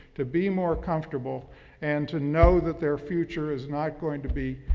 to be more comfortable and to know that their future is not going to be,